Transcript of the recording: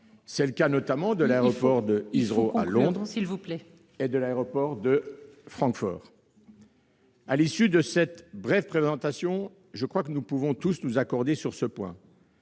C'est le cas notamment de l'aéroport de Heathrow, à Londres, et de l'aéroport de Francfort. À l'issue de cette brève présentation, nous pouvons tous nous accorder sur ce point